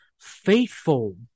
Faithful